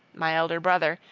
my elder brother,